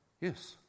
Yes